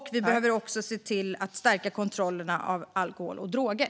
Vi behöver också se till att stärka kontrollerna av alkohol och droger.